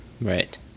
Right